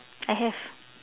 I have